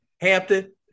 Hampton